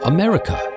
America